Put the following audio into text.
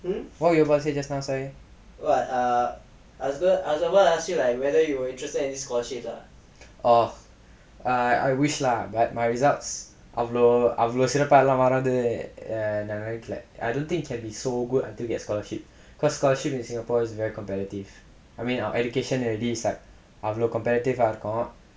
what you wanna say just now sorry oh err I wish lah but I results அவ்ளோ அவ்ளோ சிறப்பா எல்லாம் வராது நா நெனக்கல:avlo avlo sirappaa ellaam varaathu naa nenakkala I don't think can be so good until get scholarship cause scholarship in singapore is very competitive I mean our education already is like அவ்ளோ:avlo competitive இருக்கும்:irukkum